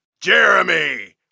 jeremy